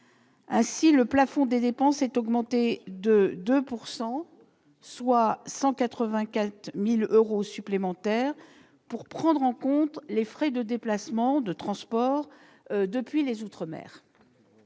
Ainsi, le plafond des dépenses est augmenté de 2 %, soit 184 000 euros supplémentaires, pour prendre en compte les frais de déplacement et de transport depuis les outre-mer.